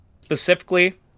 specifically